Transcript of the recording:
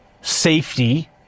safety